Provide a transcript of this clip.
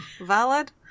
Valid